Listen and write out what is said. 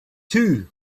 too